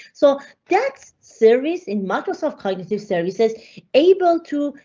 so that's series in microsoft cognitive services able to.